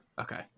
Okay